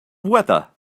weather